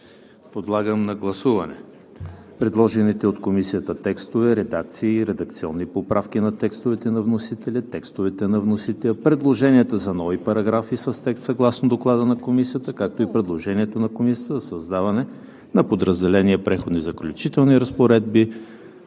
Подлагам на гласуване